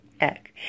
egg